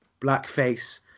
Blackface